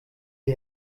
die